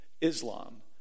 Islam